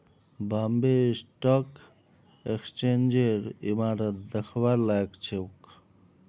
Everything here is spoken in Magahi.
बॉम्बे स्टॉक एक्सचेंजेर इमारत दखवार लायक छोक